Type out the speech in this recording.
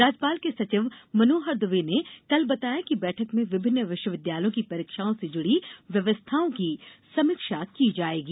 राज्यपाल के सचिव मनोहर द्बे ने कल बताया कि बैठक में विभिन्न विश्वविद्यालयों की परीक्षाओं से जुड़ी व्यवस्थाओं की समीक्षा की जाएगी